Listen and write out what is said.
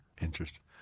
Interesting